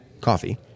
Coffee